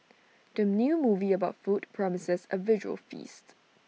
the new movie about food promises A visual feast